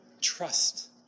trust